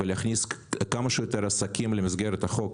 ולהכניס כמה שיותר עסקים למסגרת החוק